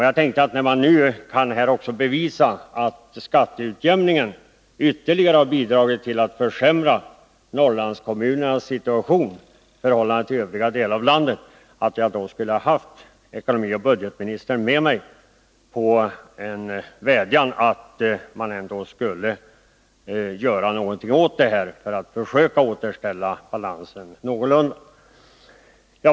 Jag tänkte att jag, när man nu också kan bevisa att skatteutjämningen ytterligare har bidragit till att försämra Norrlandskommunernas situation i förhållande till övriga delar av landet, skulle ha fått ekonomioch budgetministern med mig när jag vädjar om att man ändå skulle göra någonting åt detta och försöka återställa balansen någorlunda.